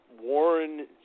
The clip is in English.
Warren